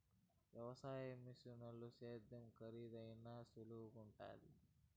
వ్యవసాయ మిషనుల సేద్యం కరీదైనా సులువుగుండాది